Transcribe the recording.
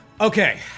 Okay